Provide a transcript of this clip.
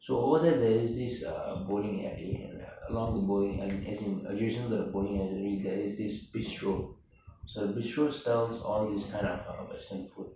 so over there there is this a bowling alley and along the bowling alley as in adjacent to the bowling alley there is this bistro so the bistro sells all this kind of uh western food